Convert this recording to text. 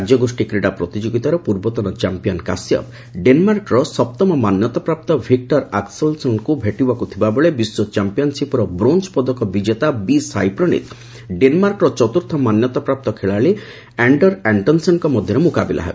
ରାଜ୍ୟଗୋଷ୍ଠୀ କ୍ରୀଡ଼ା ପ୍ରତିଯୋଗିତାର ପୂର୍ବତନ ଚମ୍ପିୟାନ କାଶ୍ୟପ ଡେନ୍ମାର୍କର ସପ୍ତମ ମାନ୍ୟତାପ୍ରାପ୍ତ ଭିକ୍କର ଆକ୍ନେଲସନ୍ଙ୍କୁ ଭେଟିବାକୁ ଥିବାବେଳେ ବିଶ୍ୱ ଚମ୍ପିୟାନ୍ସିପ୍ର ବ୍ରୋଞ୍ଜ ପଦକ ବିଜେତା ବିସାଇପ୍ରଣୀତ ଡେନ୍ମାର୍କର ଚତ୍ରର୍ଥ ମାନ୍ୟତାପ୍ରାପ୍ତ ଖେଳାଳି ଆଣ୍ଡର ଆଣ୍ଟନ୍ସେନ୍ଙ୍କ ମଧ୍ୟରେ ମୁକାବିଲା ହେବ